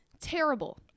Terrible